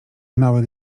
małych